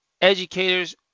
educators